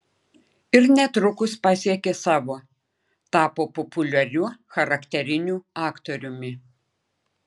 ir netrukus pasiekė savo tapo populiariu charakteriniu aktoriumi